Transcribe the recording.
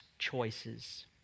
choices